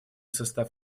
состав